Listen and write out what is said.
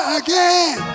again